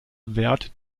wert